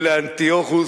מילא אנטיוכוס,